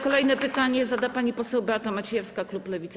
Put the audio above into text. Kolejne pytanie zada pani poseł Beata Maciejewska, klub Lewica.